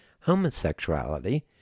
Homosexuality